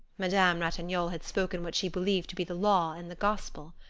madame ratignolle had spoken what she believed to be the law and the gospel.